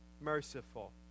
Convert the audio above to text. merciful